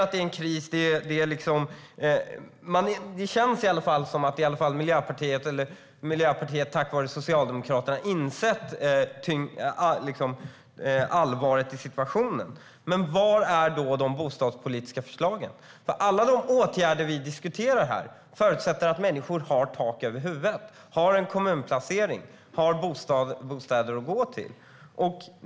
Det känns som att Miljöpartiet tack vare Socialdemokraterna nu har insett allvaret i situationen, men var är de bostadspolitiska förslagen? Alla de åtgärder vi diskuterar här förutsätter att människor har tak över huvudet och en kommunplacering.